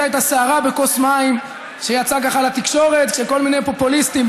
ראית את הסערה בכוס מים שיצאה ככה לתקשורת כשכל מיני פופוליסטים,